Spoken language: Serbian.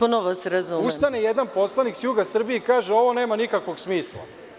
Ustane jedan poslanik s juga Srbije i kaže – ovo nema nikakvog smisla.